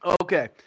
Okay